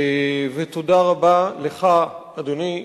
ותודה רבה לך, אדוני,